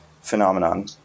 phenomenon